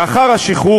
לאחר השחרור,